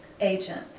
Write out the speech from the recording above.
agent